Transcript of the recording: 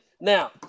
Now